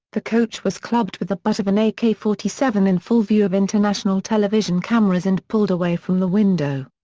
the coach was clubbed with the butt of an ak forty seven in full view of international television cameras and pulled away from the window.